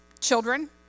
children